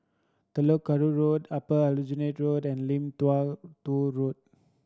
Telok Kurau Road Upper Aljunied Road and Lim Tua Tow Road